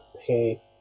pay